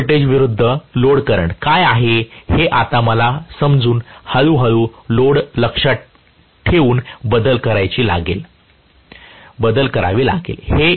terminal voltage विरूद्ध load current काय आहे हे आता मला समजून हळूहळू लोड लक्ष्यात ठेऊन बदल करावे लागेल